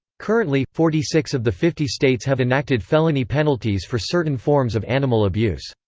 currently, forty six of the fifty states have enacted felony penalties for certain forms of animal abuse.